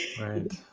Right